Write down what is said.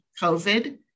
COVID